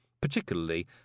particularly